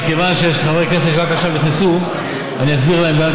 מכיוון שיש חברי כנסת שרק עכשיו נכנסו אני אסביר להם גם כן,